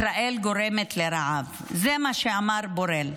ישראל גורמת לרעב, זה מה שאמר בורל.